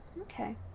Okay